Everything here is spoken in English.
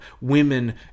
women